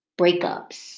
breakups